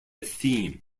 theme